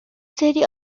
سری